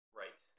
right